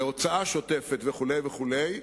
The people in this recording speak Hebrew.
להוצאה שוטפת וכו' וכו'.